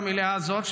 במליאה הזאת,